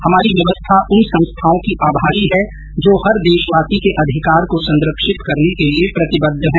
हमारी व्यवस्था उन संस्थाओं की आभारी है जो हर देशवासी के अधिकार को संरक्षित करने के लिए प्रतिबद्ध है